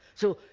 so,